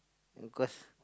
cause